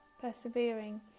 persevering